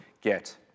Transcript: get